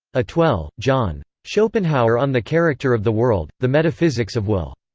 atwell, john. schopenhauer on the character of the world, the metaphysics of will,